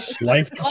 life